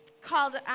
called